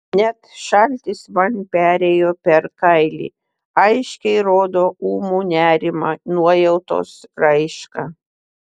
net šaltis man perėjo per kailį aiškiai rodo ūmų nerimą nuojautos raišką